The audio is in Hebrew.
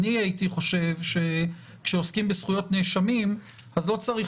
אני הייתי חושב שכשעוסקים בזכויות נאשמים אז לא צריך